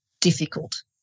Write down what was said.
difficult